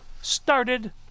started